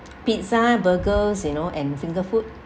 pizza burgers you know and finger food